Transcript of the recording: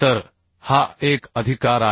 तर हे बरोबर आहे